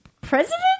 president